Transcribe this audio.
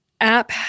app